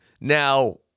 now